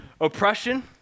Oppression